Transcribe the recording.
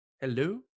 Hello